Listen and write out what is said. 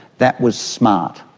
that was smart.